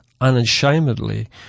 unashamedly